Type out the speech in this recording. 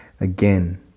again